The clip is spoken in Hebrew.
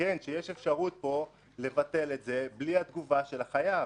שיש פה אפשרות לבטל את זה בלי התגובה של החייב.